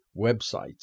websites